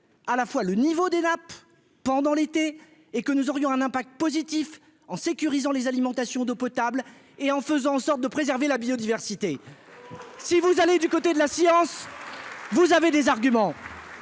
à la fois le niveau des nappes pendant l'été et que nous aurions un impact positif en sécurisant les alimentation d'eau potable et en faisant en sorte de préserver la biodiversité si vous allez du côté de la science, vous avez des arguments